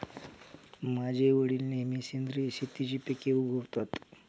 माझे वडील नेहमी सेंद्रिय शेतीची पिके उगवतात